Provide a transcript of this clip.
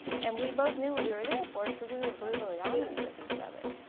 and we both knew what we were there for so we were brutally honest with each other.